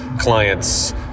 clients